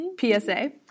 PSA